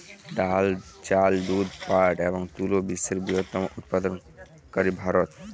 ডাল, চাল, দুধ, পাট এবং তুলা বিশ্বের বৃহত্তম উৎপাদনকারী ভারত